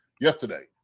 yesterday